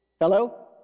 Hello